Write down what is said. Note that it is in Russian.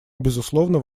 безусловно